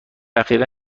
اخیرا